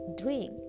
drink